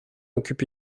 occupe